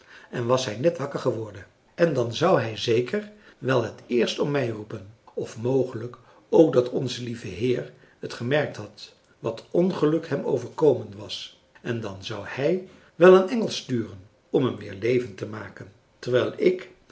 en was hij net wakker geworden en dan zou hij zeker wel het eerst om mij roepen of mogelijk ook dat onze lieve heer het gemerkt had wat ongeluk hem overkomen was en dan zou hij wel een engel sturen om hem weer levend te maken terwijl ik